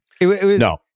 No